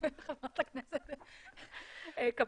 חברת הכנסת קאבלה.